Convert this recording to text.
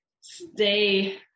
stay